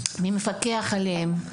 מי מפקח עליהם?